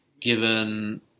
given